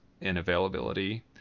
inavailability